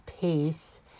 peace